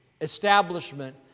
establishment